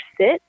sit